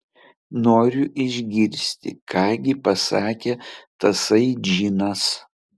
noriu išgirsti ką gi pasakė tasai džinas